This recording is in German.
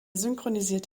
synchronisiert